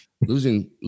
Losing